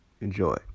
Enjoy